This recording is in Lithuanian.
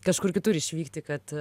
kažkur kitur išvykti kad